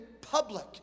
public